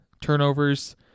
turnovers